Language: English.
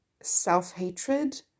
self-hatred